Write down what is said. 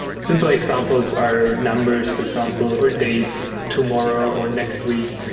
simple examples are numbers, for example, or dates, like tomorrow or next week,